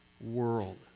world